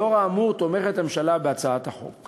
לאור האמור תומכת הממשלה בהצעת החוק.